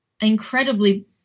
incredibly